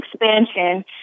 expansion